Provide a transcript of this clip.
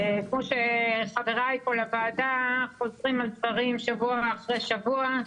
כמו שחברי פה לוועדה חוזרים על דברים שבוע אחרי שבוע,